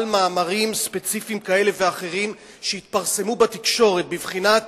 על מאמרים ספציפיים כאלה ואחרים שהתפרסמו בתקשורת בבחינת